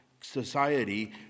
society